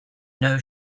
know